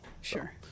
Sure